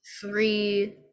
three